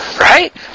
Right